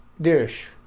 Dish